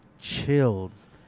chills